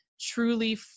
truly